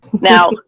Now